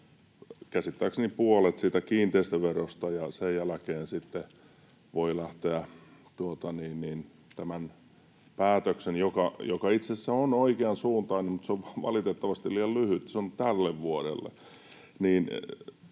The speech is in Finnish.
käsittääkseni puolet siitä kiinteistöverosta, ja sen jälkeen sitten voi lähteä — tämä päätös itse asiassa on oikean suuntainen, mutta valitettavasti liian lyhyt, se on tälle vuodelle